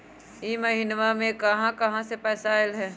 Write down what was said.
इह महिनमा मे कहा कहा से पैसा आईल ह?